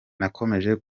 nakomeje